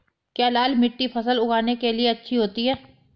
क्या लाल मिट्टी फसल उगाने के लिए अच्छी होती है?